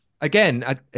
again